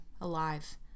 alive